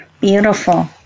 Beautiful